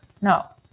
No